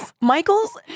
Michael's